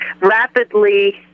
rapidly